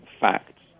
facts